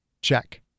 Check